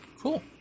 Cool